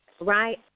right